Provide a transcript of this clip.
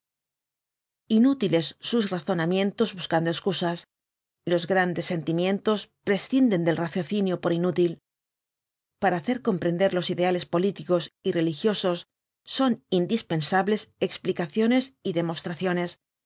inútiles sus razonamientos buscando excusas los grandes sentimientos prescinden del raciocinio por inútil para hacer comprender los ideales políticos y re ligiosos son indispensables explicaciones y demostraciones